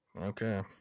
Okay